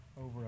over